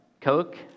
Coke